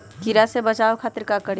कीरा से बचाओ खातिर का करी?